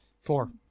Four